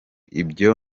ibyo